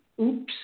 Oops